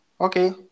Okay